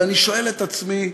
ואני שואל את עצמי,